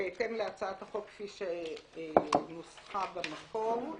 בהתאם להצעת החוק כפי שנוסחה במקור,